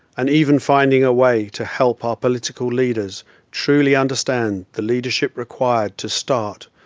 and even finding a way to help our political leaders truly understand the leadership required to start,